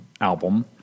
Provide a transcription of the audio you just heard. album